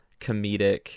comedic